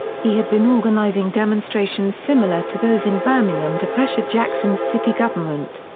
he had been organizing demonstrations similar to those in birmingham to pressure jackson's city government.